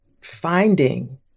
finding